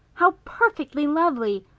how perfectly lovely!